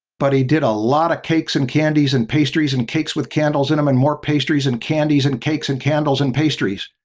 but he did a lot of cakes and candies and pastries and cakes with candles in them and more pastries and candies and cakes and candles and pastries.